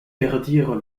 perdirent